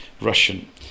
russian